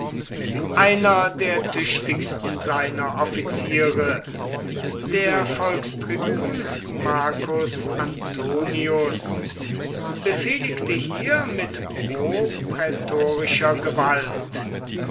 einer der tüchtigsten seiner offiziere der volkstribun marcus antonius befehligte hier mit proprätorischer gewalt